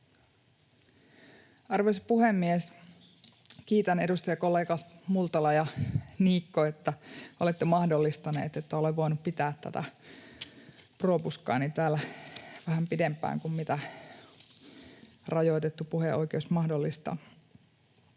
Arvoisa puhemies! Kiitän, edustajakollegat Multala ja Niikko, että olette mahdollistaneet, että olen voinut pitää tätä propuskaani täällä vähän pidempään kuin mitä rajoitettu puheoikeus mahdollistaa.